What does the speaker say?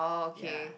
ya